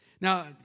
Now